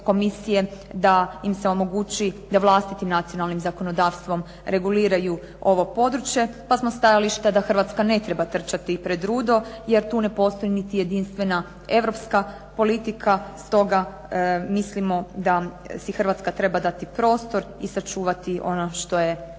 da im se omogući da vlastitim nacionalnim zakonodavstvom reguliraju ovo područje, pa smo stajališta da Hrvatska ne treba trčati pred rudo, jer tu ne postoji niti jedinstvena europska politika. Stoga mislimo da si Hrvatska treba dati prostor i sačuvati ono što je